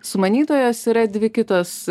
sumanytojos yra dvi kitos